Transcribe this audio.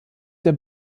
der